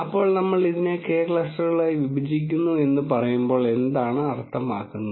അപ്പോൾ നമ്മൾ അതിനെ K ക്ലസ്റ്ററുകളായി വിഭജിക്കുന്നു എന്ന് പറയുമ്പോൾ എന്താണ് അർത്ഥമാക്കുന്നത്